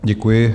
Děkuji.